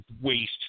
waste